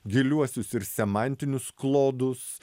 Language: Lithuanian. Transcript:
giliuosius ir semantinius klodus